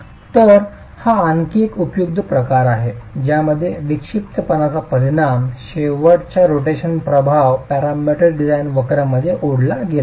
तर हा आणखी एक उपयुक्त प्रकार आहे ज्यामध्ये विक्षिप्तपणाचा परिणाम शेवटच्या रोटेशनचा प्रभाव पॅरामीट्रिक डिझाईन वक्र मध्ये ओढला गेला आहे